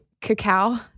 cacao